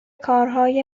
کارهای